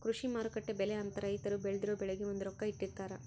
ಕೃಷಿ ಮಾರುಕಟ್ಟೆ ಬೆಲೆ ಅಂತ ರೈತರು ಬೆಳ್ದಿರೊ ಬೆಳೆಗೆ ಒಂದು ರೊಕ್ಕ ಇಟ್ಟಿರ್ತಾರ